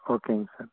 ஓகேங்க சார்